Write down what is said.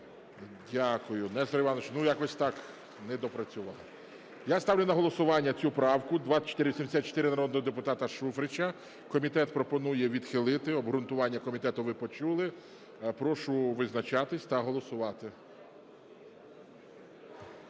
Дякую. Нестор Іванович, якось так, недопрацювали. Я ставлю на голосування цю правку 2484 народного Шуфрича. Комітет пропонує відхилити. Обґрунтування комітету ви почули. Прошу визначатись та голосувати.